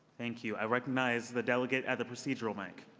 thank you. i recognize the delegate at the procedural mic.